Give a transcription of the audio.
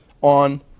on